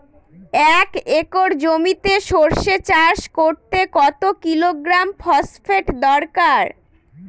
এক একর জমিতে সরষে চাষ করতে কত কিলোগ্রাম ফসফেট দরকার?